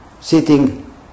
sitting